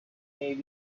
may